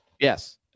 Yes